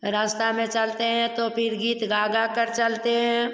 रास्ता में चलते हैं तो फिर गीत गा गाकर चलते हैं